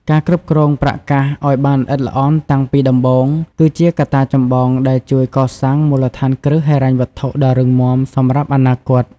ការគ្រប់គ្រងប្រាក់កាសឲ្យបានល្អិតល្អន់តាំងពីដំបូង គឺជាកត្តាចម្បងដែលជួយកសាងមូលដ្ឋានគ្រឹះហិរញ្ញវត្ថុដ៏រឹងមាំសម្រាប់អនាគត។